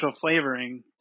flavoring